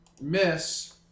Miss